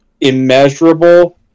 immeasurable